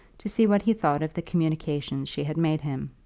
to see what he thought of the communication she had made him.